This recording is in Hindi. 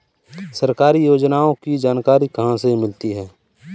सरकारी योजनाओं की जानकारी कहाँ से मिलती है?